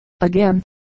Again